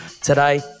Today